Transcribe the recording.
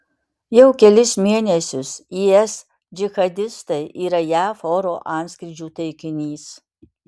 jau kelis mėnesius is džihadistai yra jav oro antskrydžių taikinys